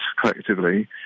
collectively